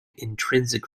intrinsic